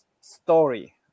story